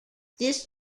this